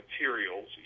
materials